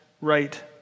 right